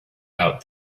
out